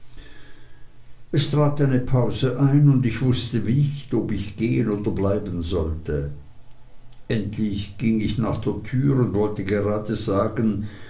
es trat eine pause ein und ich wußte nicht ob ich gehen oder bleiben sollte endlich ging ich ruhig nach der türe und wollte gerade sagen